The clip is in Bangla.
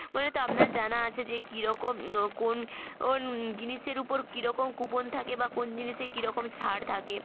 বলে তো আপনার জানা আছে যে কী রকম কোন ওন জিনিসের ওপর কী রকম কুপন থাকে বা কোন জিনিসে কী রকম ছাড় থাকে